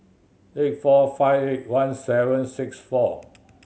eight four five eight one seven six four